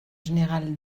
général